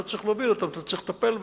אתה צריך להוביל אותם ואתה צריך לטפל בהם.